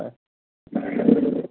হয়